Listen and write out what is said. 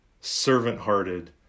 servant-hearted